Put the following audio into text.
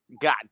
God